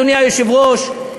אדוני היושב-ראש,